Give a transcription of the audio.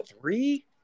three